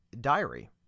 diary